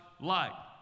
light